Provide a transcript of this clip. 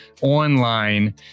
online